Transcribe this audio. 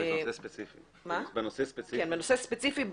בנושא ספציפי,